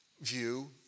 view